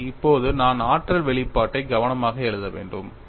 எனவே இப்போது நான் ஆற்றல் வெளிப்பாட்டை கவனமாக எழுத வேண்டும்